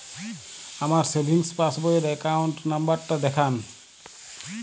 আমার সেভিংস পাসবই র অ্যাকাউন্ট নাম্বার টা দেখান?